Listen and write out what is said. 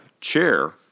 chair